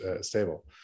stable